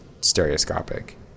stereoscopic